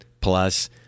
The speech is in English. plus